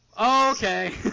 okay